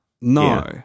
No